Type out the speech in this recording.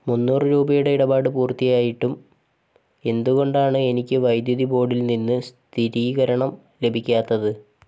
മുന്നൂറ് രൂപയുടെ ഇടപാട് പൂർത്തിയായിട്ടും എന്തുകൊണ്ടാണ് എനിക്ക് വൈദ്യുതി ബോർഡിൽ നിന്ന് സ്ഥിരീകരണം ലഭിക്കാത്തത്